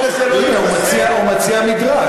הנה, הוא מציע מדרג.